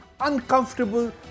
uncomfortable